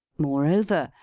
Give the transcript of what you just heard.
moreover,